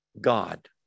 God